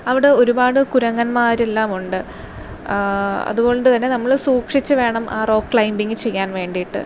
അവിടെ ഒരുപാട് കുരങ്ങന്മാരെല്ലാം ഉണ്ട് അതുകൊണ്ടു തന്നെ നമ്മൾ സൂക്ഷിച്ചു വേണം ആ റോ ക്ലൈമ്പിങ്ങ് ചെയ്യാൻ വേണ്ടിയിട്ട്